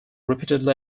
repeatedly